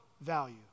value